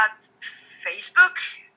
facebook